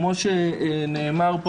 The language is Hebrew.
כמו שנאמר,